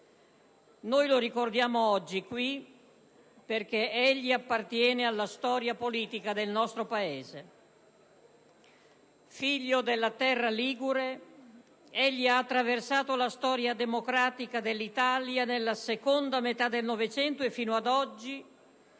Noi lo ricordiamo oggi in questa sede perché egli appartiene alla storia politica del nostro Paese. Figlio della terra ligure, egli ha attraversato la storia democratica dell'Italia della seconda metà del Novecento e fino ad oggi